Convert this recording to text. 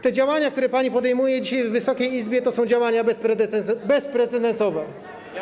Te działania, które pani podejmuje dzisiaj w Wysokiej Izbie, to są działania bezprecedensowe.